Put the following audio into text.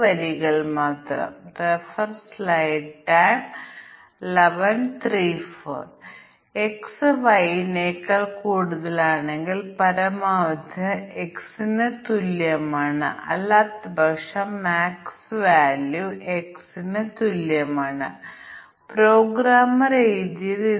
ഈ തുല്യതാ ക്ലാസിന് സാധുതയുള്ളത് ഞങ്ങൾ 5 തിരഞ്ഞെടുക്കേണ്ടതുണ്ട് എന്നാൽ ഒരു പരിധിക്ക് പുറത്ത് ഒരു വരി പരിഗണിക്കുകയാണെങ്കിൽ പുറം അതിർത്തി ഒരു നെഗറ്റീവ് ടെസ്റ്റ് കേസ് ആണെന്ന് ഞങ്ങൾ നേരത്തെ പറഞ്ഞതുപോലെ